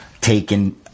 taken